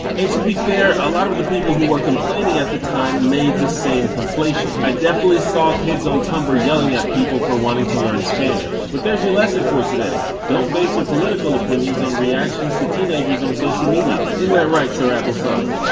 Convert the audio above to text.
and to be fair, a lot of people who were complaining at the time made the same conflation. i definitely saw kids on tumblr yelling at people for wanting to learn spanish. but there's your lesson for today, don't base your political opinions on reactions to teenagers on social media. isn't that right sir applesauce?